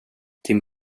din